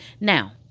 Now